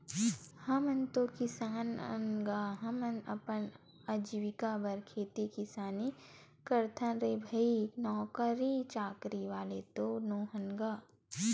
हमन तो किसान अन गा, हमन अपन अजीविका बर खेती किसानी करथन रे भई नौकरी चाकरी वाले तो नोहन गा